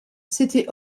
city